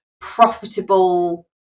profitable